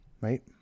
right